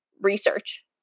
research